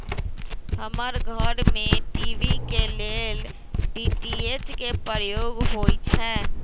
हमर घर में टी.वी के लेल डी.टी.एच के प्रयोग होइ छै